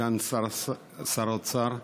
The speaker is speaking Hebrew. סגן שר האוצר,